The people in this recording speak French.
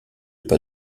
pas